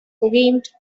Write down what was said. gleamed